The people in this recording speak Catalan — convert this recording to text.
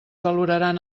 valoraran